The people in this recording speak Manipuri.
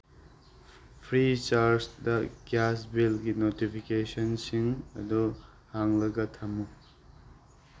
ꯐ꯭ꯔꯤꯆꯥꯔꯖꯗ ꯒ꯭ꯌꯥꯁ ꯕꯤꯜꯒꯤ ꯅꯣꯇꯤꯐꯤꯀꯦꯁꯟꯁꯤꯡ ꯑꯗꯨ ꯍꯥꯡꯂꯒ ꯊꯝꯃꯨ